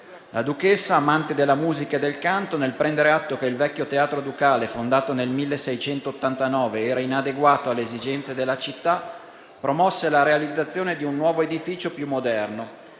La duchessa, amante della musica e del canto, nel prendere atto che il vecchio Teatro Ducale, fondato nel 1689, era inadeguato alle esigenze della città, promosse la realizzazione di un nuovo edificio più moderno.